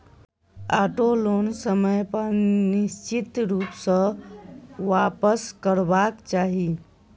auto loan समय पर निश्चित रूप सॅ वापसकरबाक चाही